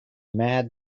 mad